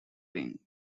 ring